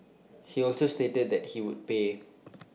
he also stated that he would pay